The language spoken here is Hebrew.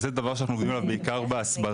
אז זה דבר שאנחנו עובדים עליו בעיקר בהסברה.